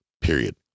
period